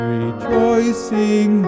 rejoicing